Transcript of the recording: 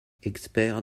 expert